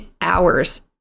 hours